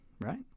right